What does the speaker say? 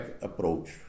approach